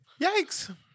yikes